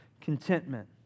contentment